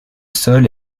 sol